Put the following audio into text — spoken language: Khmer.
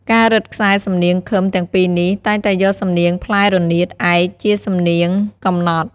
ការរឹតខ្សែសំនៀងឃឹមទាំងពីរនេះ តែងតែយកសំនៀងផ្លែរនាតឯកជាសំនៀងកំណត់។